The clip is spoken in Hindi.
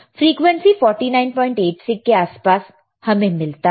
फ्रीक्वेंसी 4986 के आसपास हमें मिला था